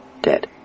Dead